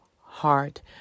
heart